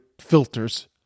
filters